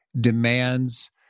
demands